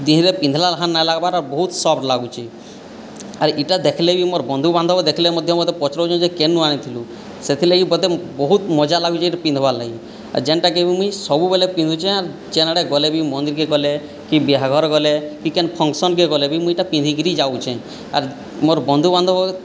ଦେହରେ ପିନ୍ଧିଲା ଲେଖାଁ ନାହିଁଲାଗିବାର ବହୁତ ସଫ୍ଟ ଲାଗୁଛି ଆର୍ ଏଇଟା ଦେଖିଲେବି ମୋର ବନ୍ଧୁବାନ୍ଧବ ଦେଖିଲେ ମଧ୍ୟ ମୋତେ ପଚାରୁଛନ୍ ଯେ କେନୁ ଆଣିଥିଲୁ ସେଥିଲାଗି ମୋତେ ବହୁତ ମଜା ଲାଗୁଛି ଏଇଟା ପିନ୍ଧିବାର ଲାଗି ଆର୍ ଯେଉଁଟାକି ମୁଁ ସବୁବେଳେ ପିନ୍ଧୁଛି ଯେଉଁ ଆଡ଼େ ଗଲେ ବି ମନ୍ଦିରକୁ ଗଲେ କି ବାହାଘର ଗଲେ କି କେଉଁ ଫଙ୍କସନ୍କୁ ଗଲେ ବି ମୁଁ ଏଇଟା ପିନ୍ଧିକରି ଯାଉଛି ଆର୍ ମୋର ବନ୍ଧୁବାନ୍ଧବ